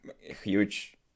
huge